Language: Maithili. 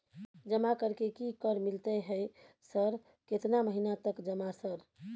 जमा कर के की कर मिलते है सर केतना महीना तक जमा सर?